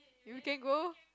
you can go